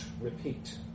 repeat